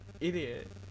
idiot